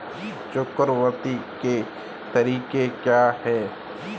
चुकौती के तरीके क्या हैं?